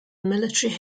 military